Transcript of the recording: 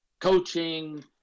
coaching